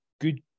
good